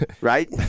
right